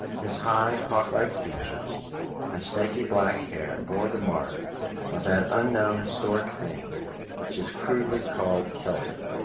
his high, hawklike features and snaky black hair bore the mark of that unknown historic thing which is crudely called celtic,